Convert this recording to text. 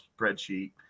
spreadsheet